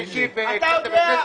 לכותל.